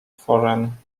foreign